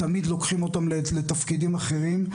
תמיד לוקחים אותם לתפקידים אחרים,